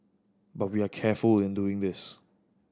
but we are careful in doing this